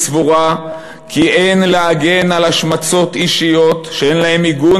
היא סבורה כי אין להגן על השמצות אישיות שאין להן עיגון